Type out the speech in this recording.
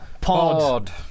Pod